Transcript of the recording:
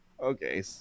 okay